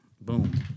Boom